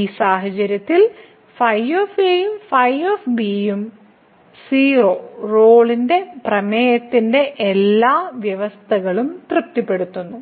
ഈ സാഹചര്യത്തിൽ ϕ 0 ഉം ϕ 0 ഉം റോളിന്റെ പ്രമേയത്തിന്റെ എല്ലാ വ്യവസ്ഥകളും തൃപ്തിപ്പെടുത്തുന്നു